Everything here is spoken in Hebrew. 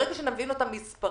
ברגע שנבין אותה מספרית,